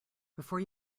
before